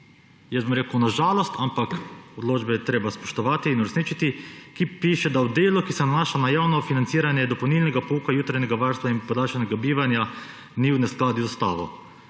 jaz bom rekel na žalost, ampak, odločbe je treba spoštovati in uresničiti −, da v delu, ki se nanaša na javno financiranje dopolnilnega pouka, jutranjega varstva in podaljšanega bivanja, ni v neskladju z ustavo.